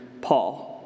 Paul